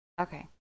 Okay